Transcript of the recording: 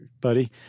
buddy